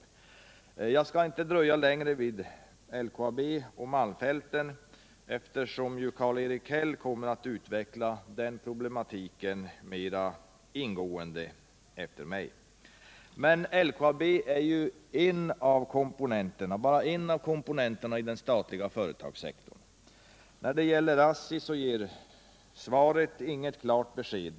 Men jag skall inte dröja längre vid LKAB och malmfälten eftersom Karl-Erik Häll kommer att utveckla den här problematiken mer ingående efter mig. LKAB är bara en av komponenterna i den statliga företagssektorn. När det gäller ASSI ger svaret inget klart besked.